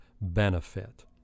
benefit